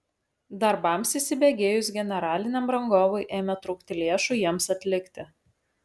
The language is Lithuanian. darbams įsibėgėjus generaliniam rangovui ėmė trūkti lėšų jiems atlikti